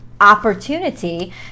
opportunity